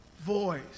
voice